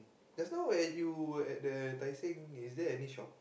just now when you were at the Tai Seng is there any shops